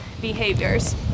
behaviors